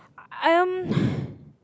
I I I'm